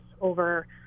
over